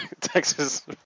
Texas